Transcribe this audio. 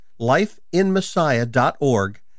lifeinmessiah.org